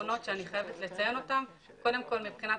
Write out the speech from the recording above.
החסרונות שאני חייבת לציין: קודם כל מבחינת